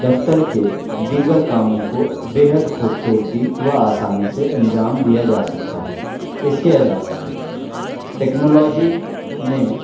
دفتر کے دیگر کاموں کو بےحد خوبصورتی و آسانی سے انجام دیا جا سکتا ہے اس کے علاوہ ٹیکنالوجی نے